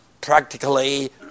practically